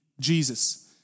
Jesus